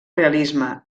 realisme